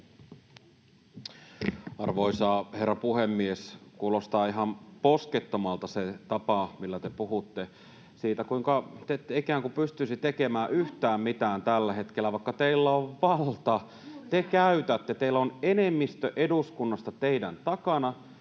Arvoisa herra puhemies! Kuulostaa ihan poskettomalta se tapa, millä te puhutte siitä, kuinka te ette ikään kuin pystyisi tekemään yhtään mitään tällä hetkellä, vaikka teillä on valta, enemmistö eduskunnasta on teidän takananne,